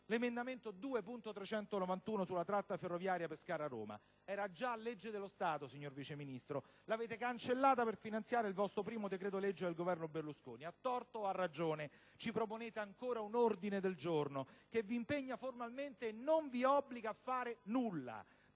l'emendamento 2.391 sulla tratta ferroviaria Pescara-Roma. Era già legge dello Stato, signor Vice Ministro; l'avete cancellata per finanziare il primo decreto-legge del Governo Berlusconi. A torto o a ragione, ci proponete ancora un ordine del giorno, che vi impegna formalmente e non vi obbliga a fare nulla.